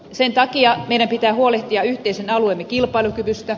sen takia meidän pitää huolehtia yhteisen alueemme kilpailukyvystä